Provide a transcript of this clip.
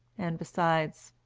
and besides,